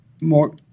more